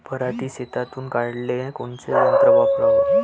पराटी शेतातुन काढाले कोनचं यंत्र वापराव?